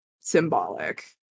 symbolic